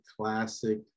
classic